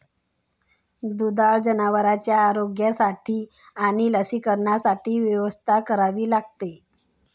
दुधाळ जनावरांच्या आरोग्यासाठी आणि लसीकरणासाठी व्यवस्था करावी लागते